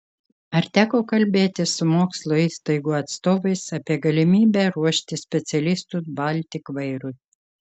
ar teko kalbėtis su mokslo įstaigų atstovais apie galimybę ruošti specialistus baltik vairui